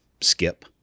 Skip